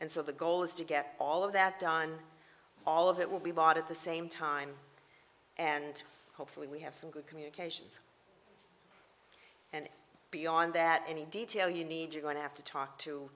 and so the goal is to get all of that done all of it will be bought at the same time and hopefully we have some good communications and beyond that any detail you need you're going to have to talk to